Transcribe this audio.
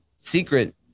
secret